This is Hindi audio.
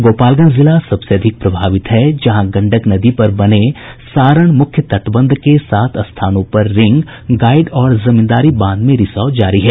गोपालगंज जिला सबसे अधिक प्रभावित है जहां गंडक नदी पर बने सारण मुख्य तटबंध के सात स्थानों पर रिंग गाईड और जमींदारी बांध में रिसाव जारी है